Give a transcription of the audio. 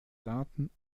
daten